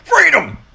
Freedom